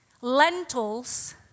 lentils